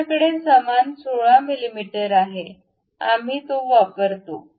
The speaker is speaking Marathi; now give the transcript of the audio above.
आपल्याकडे समान 16 मिमी आहे आम्ही ती वापरतो